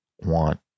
want